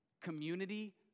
Community